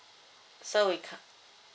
so we co~